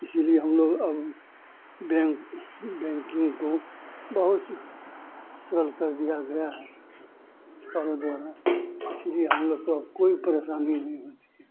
इसीलिए हमलोग अब बैंक बैंकिन्ग को बहुत सरल कर दिया गया है सरकारों द्वारा इसीलिए हमलोग को अब कोई परेशानी नहीं होती है